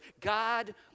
God